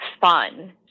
fun